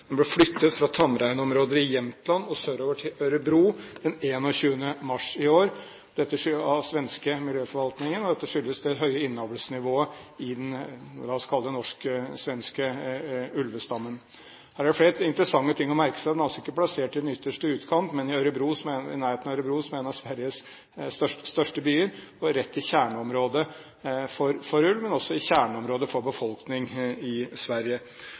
ble flyttet fra tamreinområder i Jämtland og sørover til Örebro den 21. mars i år av den svenske miljøforvaltningen. Dette skyldes det høye innavlsnivået i – la oss kalle det – den norsk-svenske ulvestammen. Her er det flere interessante ting å merke seg. Den er altså ikke plassert i den ytterste utkant, men i nærheten av Örebro, som er en av Sveriges største byer, og rett i kjerneområdet for ulv, men også i kjerneområdet for befolkningen i Sverige.